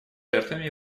жертвами